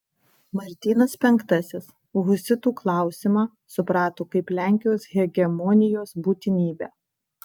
martynas penktasis husitų klausimą suprato kaip lenkijos hegemonijos būtinybę